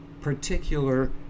particular